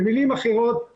במילים אחרות,